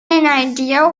ideal